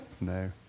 No